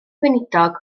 gweinidog